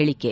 ಹೇಳಿಕೆ